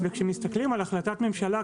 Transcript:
כשמסתכלים על החלטת ממשלה,